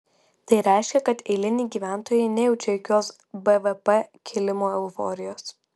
tai reiškia kad eiliniai gyventojai nejaučia jokios bvp kilimo euforijos